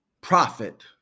profit